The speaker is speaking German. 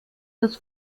das